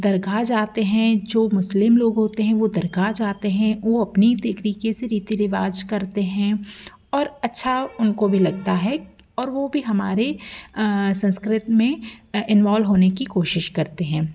दरगाह जाते हैं जो मुस्लिम लोग होते हैं वो दरगाह जाते हैं वो अपने तरीक़े से रीति रिवाज करते हैं और अच्छा उनको भी लगता है और वो भी हमारे संस्कृति में इनवॉल होने की कोशिश करते हैं